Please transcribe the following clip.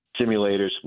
simulators